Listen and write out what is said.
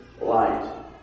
light